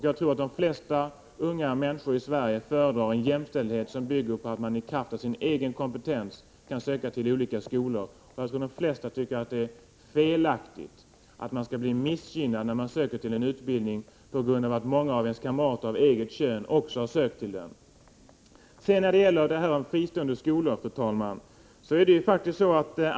Jag tror att de flesta unga människor i Sverige föredrar en jämställdhet som bygger på att man i kraft av sin egen kompetens kan söka till olika skolor och att de flesta tycker att det är felaktigt att man skall bli missgynnad när man söker till en utbildning på grund av att många av ens kamrater av eget kön också har sökt till den. Fru talman!